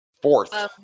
Fourth